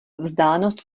vzdálenost